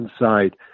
inside